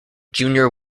junior